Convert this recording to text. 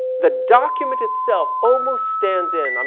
the document itself almost stands in. um